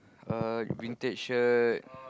uh vintage shirt